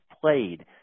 played